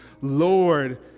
Lord